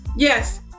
Yes